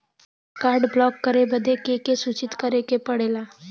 Card block करे बदी के के सूचित करें के पड़ेला?